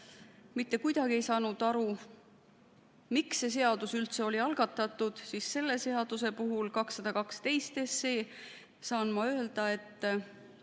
mitte kuidagi ei saanud aru, miks see eelnõu üldse oli algatatud, siis selle seaduse, 212 SE puhul saan ma öelda, et